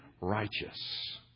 righteous